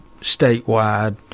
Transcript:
statewide